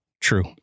true